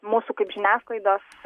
mūsų kaip žiniasklaidos